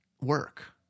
work